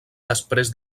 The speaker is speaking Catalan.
després